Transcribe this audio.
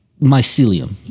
Mycelium